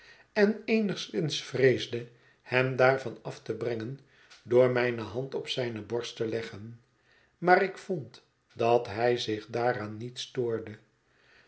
en eenigszins vreesde hem daarvan af te brengen door mijne hand op zijne borst te leggen maar ik vond dat hij zich daaraan niet stoorde